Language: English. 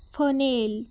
fennel